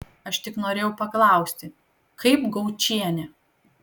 aš tik norėjau paklausti kaip gaučienė